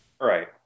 Right